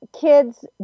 kids